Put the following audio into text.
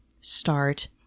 start